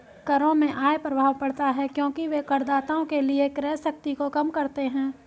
करों से आय प्रभाव पड़ता है क्योंकि वे करदाताओं के लिए क्रय शक्ति को कम करते हैं